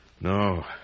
No